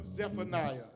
Zephaniah